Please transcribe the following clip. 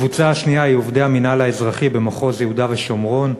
הקבוצה השנייה היא עובדי המינהל האזרחי במחוז יהודה ושומרון.